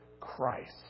Christ